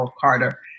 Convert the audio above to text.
Carter